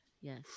Yes